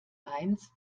eins